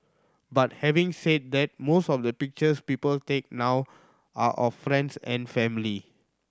but having said that most of the pictures people take now are of friends and family